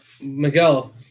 Miguel